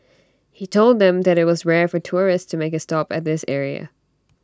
he told them that IT was rare for tourists to make A stop at this area